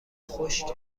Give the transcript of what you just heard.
خشک